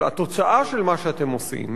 אבל התוצאה של מה שאתם עושים,